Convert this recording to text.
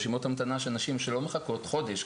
עם רשימות המתנה של נשים שלא מחכות חודש,